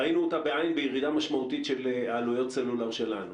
ראינו אותה בעין בירידה משמעותית של עלויות הסלולר שלנו.